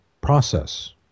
process